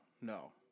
no